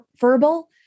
verbal